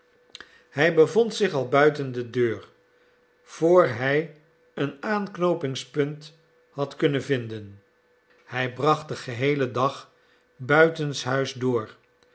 hij bevond zich al buiten de deur voor hij een aanknoopingspunt had kunnen vinden hij bracht den geheelen dag buitenshuis door